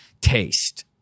taste